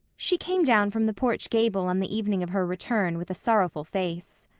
she came down from the porch gable on the evening of her return with a sorrowful face.